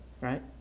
right